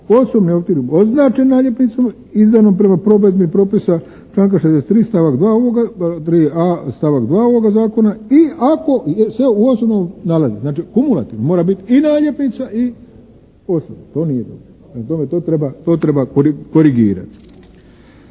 osobni automobil označen naljepnicom izdanom prema provedbi propisa članka 63.a stavak 2. ovoga zakona i ako se u osobno nalazi. Znači, kumulativno, mora biti i naljepnica i osobno. To nije dobro prema tome to treba korigirati.